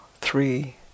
three